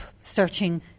searching